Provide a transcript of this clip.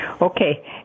Okay